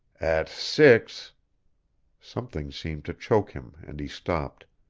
at six something seemed to choke him and he stopped.